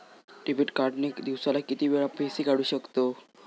Debit card ने दिवसाला किती वेळा पैसे काढू शकतव?